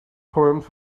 poems